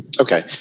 Okay